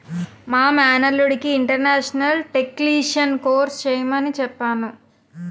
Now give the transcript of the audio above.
మా మేనల్లుడికి international taxation course చెయ్యమని చెప్పాను